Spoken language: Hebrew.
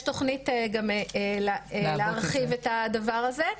יש תוכנית להרחיב את הדבר הזה.